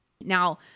Now